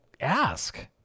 ask